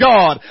God